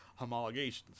homologations